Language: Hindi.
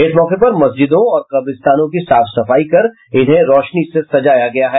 इस मौके पर मस्जिदों और कब्रिस्तानों की साफ सफाई कर इन्हें रौशनी से सजाया गया है